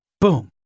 Boom